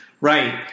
Right